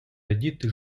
радіти